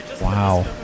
Wow